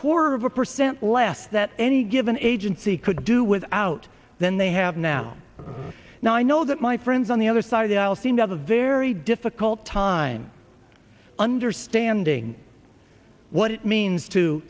quarter of a percent left that any given agency could do without than they have now now i know that my friends on the other side of the aisle seem to have a very difficult time understanding what it means to